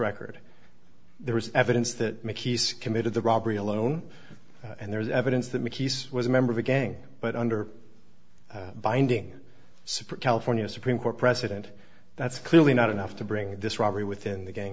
record there was evidence that committed the robbery alone and there is evidence that mickey's was a member of a gang but under binding support california supreme court precedent that's clearly not enough to bring this robbery within the gang